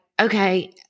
okay